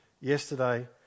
Yesterday